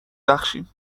بخشیم